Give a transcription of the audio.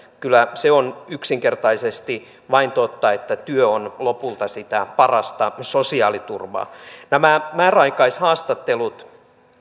kyllä se on yksinkertaisesti vain totta että työ on lopulta sitä parasta sosiaaliturvaa nämä määräaikaishaastattelut